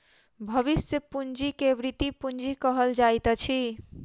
भविष्य पूंजी के वृति पूंजी कहल जाइत अछि